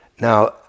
now